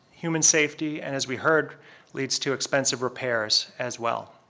human safety, and as we heard leads to expensive repairs as well.